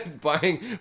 buying